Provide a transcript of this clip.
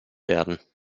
werden